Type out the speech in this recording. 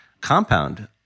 Compound